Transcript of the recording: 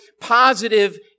positive